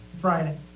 Friday